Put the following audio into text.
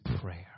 prayer